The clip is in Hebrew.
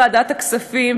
גם יושב-ראש ועדת הכספים,